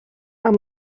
amb